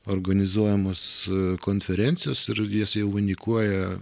organizuojamos konferencijos ir jas vainikuoja